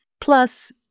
Plus